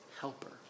helper